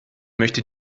möchte